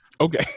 Okay